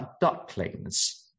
ducklings